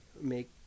make